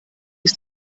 ist